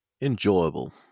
enjoyable